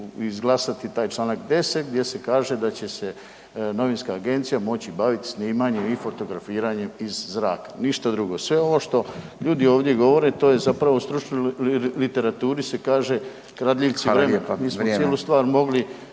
izglasati taj Članak 10. gdje se kaže da će se novinska agencija moći baviti snimanjem i fotografiranjem iz zraka, ništa drugo, sve ovo što ljudi ovdje govore to je zapravo u stručnoj literaturi se kaže kradljivci vremena